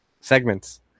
segments